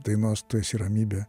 dainos tu esi ramybė